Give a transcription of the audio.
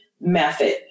method